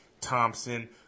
Thompson